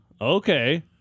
Okay